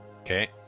okay